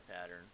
pattern